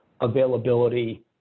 availability